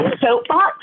soapbox